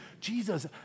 Jesus